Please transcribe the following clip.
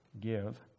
give